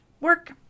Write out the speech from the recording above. work